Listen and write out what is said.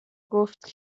گفت